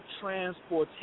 transportation